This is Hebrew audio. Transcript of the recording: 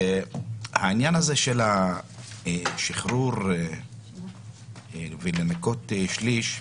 העניין הזה של השחרור וניכוי שליש,